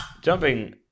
jumping